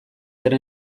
ere